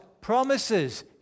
promises